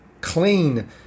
clean